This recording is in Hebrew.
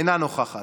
אינה נוכחת.